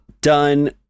done